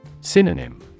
Synonym